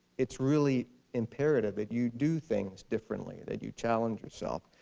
it's really imperative that you do things differently. that you challenge yourself.